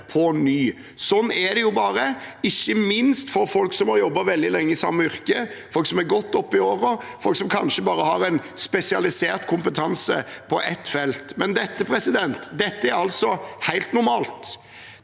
Slik er det bare – ikke minst for folk som har jobbet veldig lenge i samme yrke, folk som er godt oppe i årene, folk som kanskje har spesialisert kompetanse på bare ett felt – dette er altså helt normalt.